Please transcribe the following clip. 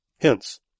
Hence